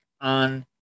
on